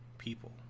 people